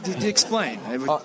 Explain